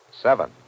Seven